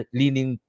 leaning